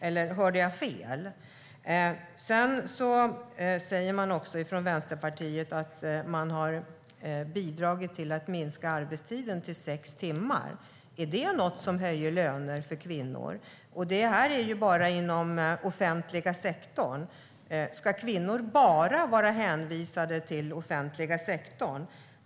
Eller hörde jag fel? Man säger från Vänsterpartiet att man har bidragit till att minska arbetstiden till sex timmar. Är det något som höjer löner för kvinnor? Det är bara inom offentliga sektorn. Ska kvinnor bara vara hänvisade till offentliga sektorn?